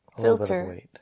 filter